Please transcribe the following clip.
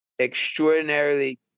extraordinarily